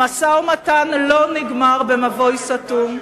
המשא-ומתן לא נגמר במבוי סתום,